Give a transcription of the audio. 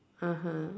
(uh huh)